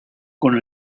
con